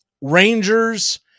Rangers